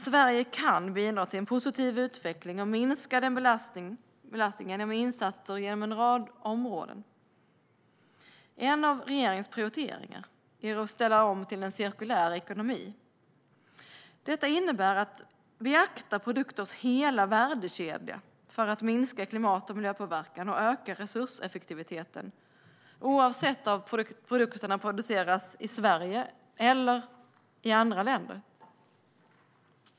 Sverige kan bidra till en positiv utveckling och minska den globala belastningen genom insatser inom en rad områden. En av regeringens prioriteringar är att ställa om till en cirkulär ekonomi. Detta innebär att beakta produkters hela värdekedja för att minska klimat och miljöpåverkan och öka resurseffektiviteten, oavsett om produkterna produceras i Sverige eller i andra länder.